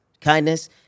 Kindness